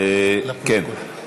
אדוני היושב-ראש, כן.